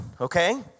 Okay